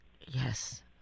Yes